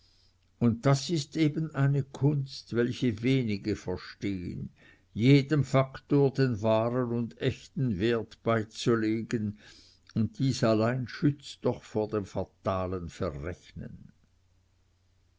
und das ist eben eine kunst welche wenige verstehen jedem faktor den wahren und echten wert beizulegen und dies allein schützt doch vor dem fatalen verrechnen